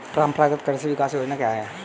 परंपरागत कृषि विकास योजना क्या है?